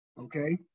okay